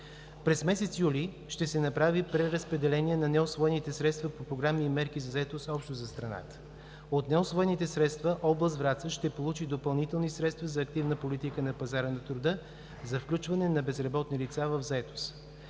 През месец юли ще се направи преразпределение на неусвоените средства по програми и мерки за заетост общо за страната. От неусвоените средства област Враца ще получи допълнителни средства за активна политика на пазара на труда за включване на безработни лица в заетост.